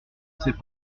ses